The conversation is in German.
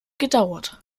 gedauert